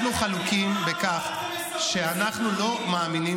אנחנו חלוקים בכך שאנחנו לא מאמינים